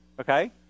Okay